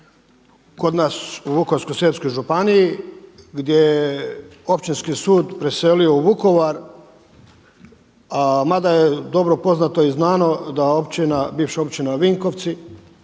kod nas u Vukovarsko-srijemskoj županiji gdje je Općinski sud preselio u Vukovar mada je dobro poznato i znano da općina, bivša općina Vinkovci